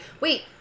wait